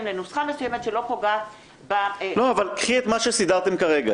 לנוסחה מסוימת שלא פוגעת -- אבל קחי את מה שסידרתם כרגע,